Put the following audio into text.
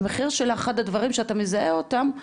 המחיר של אחד הדברים שאתה מזהה אותם,